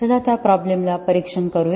चला त्या प्रॉब्लेमला परीक्षण करूया